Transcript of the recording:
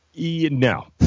No